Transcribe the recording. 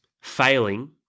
failing